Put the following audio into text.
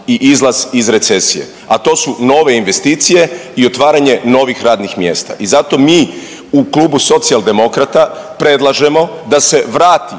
i izlaz iz recesije, a to su nove investicije i otvaranje novih radnih mjesta. I zato mi u klubu Socijaldemokrata predlažemo da se vrati